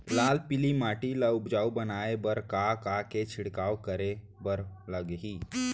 लाल पीली माटी ला उपजाऊ बनाए बर का का के छिड़काव करे बर लागही?